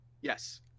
yes